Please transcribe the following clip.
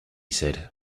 said